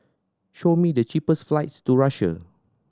show me the cheapest flights to Russia